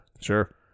Sure